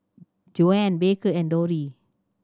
Joann Baker and Dori